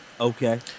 Okay